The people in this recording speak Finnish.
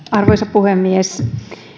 arvoisa puhemies